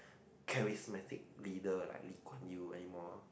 charismatic leader like Lee-Kuan-Yew anymore